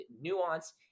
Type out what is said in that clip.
nuance